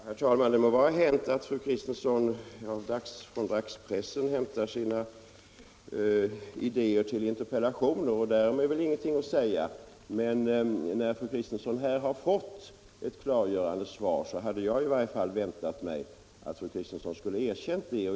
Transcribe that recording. Herr talman! Det må vara hänt att fru Kristensson från dagspressen hämtar sina idéer till interpellationer. Om detta är det ingenting att säga. Men när fru Kristensson här har fått ett klargörande svar så hade i varje fall jag väntat mig att fru Kristensson skulle ha erkänt det.